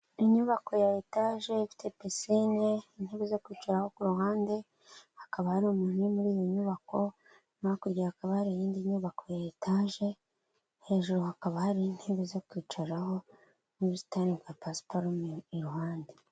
Inyubako ya etaje ifite pisine intebe zo kwicararaho ku ruhande, hakaba hari umuntu uri muri iyo nyubako, hakurya hakaba hari iyindi nyubako ya etaje hejuru hakaba hari intebe zo kwicaraho n'ubusitani, bwa pasiparume iruhande.